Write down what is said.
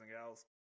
gals